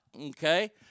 Okay